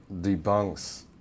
debunks